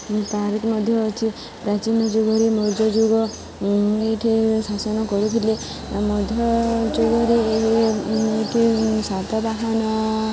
park ମଧ୍ୟ ଅଛି ପ୍ରାଚୀନ ଯୁଗରେ ମଧ୍ୟ ଯୁଗ ଏଇଠି ଶାସନ କରୁଥିଲେ ମଧ୍ୟ ଯୁଗରେ ଏଇଠି ସାତବାହନ